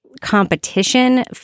competition